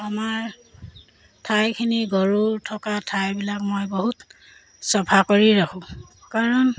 আমাৰ ঠাইখিনি গৰু থকা ঠাইবিলাক মই বহুত চফা কৰি ৰাখোঁ কাৰণ